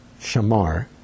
shamar